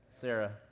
Sarah